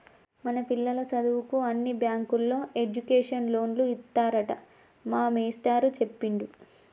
మన పిల్లల సదువుకు అన్ని బ్యాంకుల్లో ఎడ్యుకేషన్ లోన్లు ఇత్తారట మా మేస్టారు సెప్పిండు